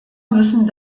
müssen